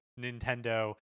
Nintendo